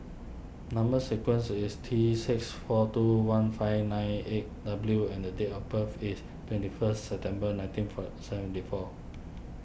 Number Sequence is T six four two one five nine eight W and date of birth is twenty first September nineteen fur seventy four